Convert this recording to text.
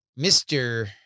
Mr